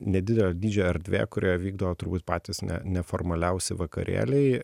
nedidelio dydžio erdvė kurioje vykdo turbūt patys ne neformaliausi vakarėliai